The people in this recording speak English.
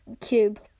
cube